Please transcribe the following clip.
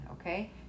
okay